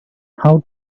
how